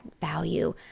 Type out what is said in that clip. value